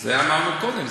זה אמרנו קודם.